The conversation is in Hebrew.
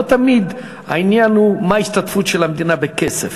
לא תמיד העניין הוא מה ההשתתפות של המדינה בכסף,